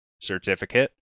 certificate